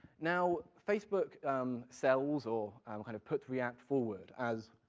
now, facebook um sells, or um kind of puts react forward, as,